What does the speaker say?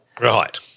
Right